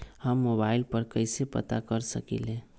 हम मोबाइल पर कईसे पता कर सकींले?